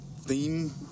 theme